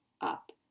Up